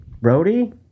Brody